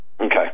Okay